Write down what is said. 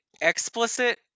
explicit